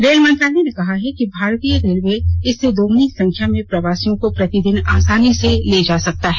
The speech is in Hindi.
रेल मंत्रालय ने कहा कि भारतीय रेलवे इससे दोगुनी संख्या में प्रवासियों को प्रतिदिन आसानी से ले जा सकता है